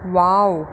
wow